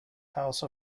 house